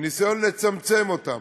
בניסיון לצמצם אותם,